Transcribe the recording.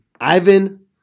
Ivan